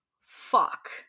fuck